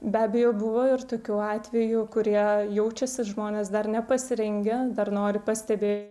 be abejo buvo ir tokių atvejų kurie jaučiasi žmonės dar nepasirengę dar nori pastebė